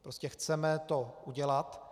Prostě chceme to udělat.